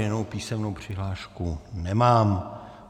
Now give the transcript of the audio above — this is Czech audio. Jinou písemnou přihlášku nemám.